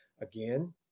again